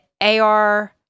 AR